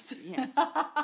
Yes